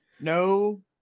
No